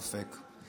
ללא ספק,